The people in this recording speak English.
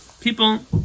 People